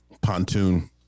Pontoon